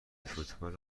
فوتبال